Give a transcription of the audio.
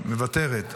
מוותרת,